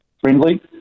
friendly